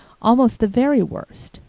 almost the very worst.